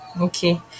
Okay